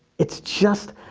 it's just,